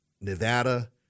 Nevada